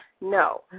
No